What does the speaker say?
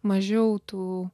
mažiau tų